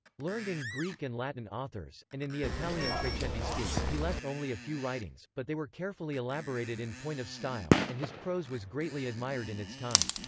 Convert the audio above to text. learned in greek and latin authors, and in the italian trecentisti, he left only a few writings, but they were carefully elaborated in point of style, and his prose was greatly admired in its time.